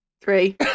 Three